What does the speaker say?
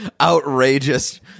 outrageous